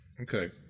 Okay